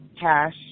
cash